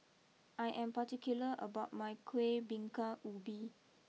I am particular about my Kuih Bingka Ubi